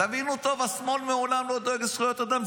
תבינו טוב, השמאל לעולם לא דואג לזכויות אדם.